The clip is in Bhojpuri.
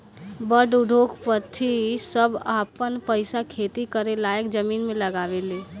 बड़ उद्योगपति सभ आपन पईसा खेती करे लायक जमीन मे लगावे ले